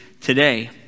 today